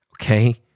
Okay